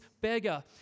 beggar